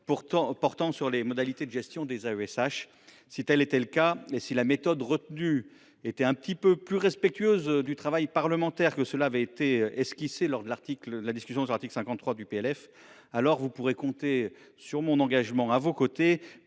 portant sur les modalités de gestion des AESH. Si tel était le cas et si la méthode retenue était un peu plus respectueuse du travail parlementaire que ce qui a été esquissé lors de la discussion sur l’article 53 du projet de loi de finances pour 2024, alors il pourra compter sur mon engagement à ses côtés,